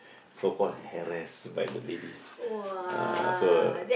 so called harassed by the ladies ah so